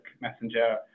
Messenger